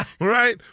Right